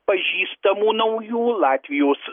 pažįstamų naujų latvijos